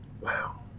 Wow